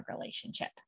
relationship